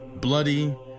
bloody